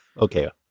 Okay